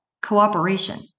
cooperation